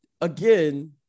again